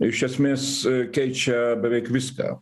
iš esmės keičia beveik viską